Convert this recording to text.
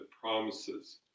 promises